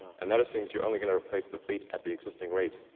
and that assumes you're only gonna replace the fleet at the existing rate,